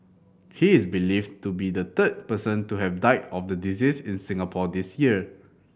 he is believed to be the third person to have died of the disease in Singapore this year